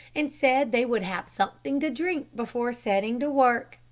and said they would have something to drink before setting to work.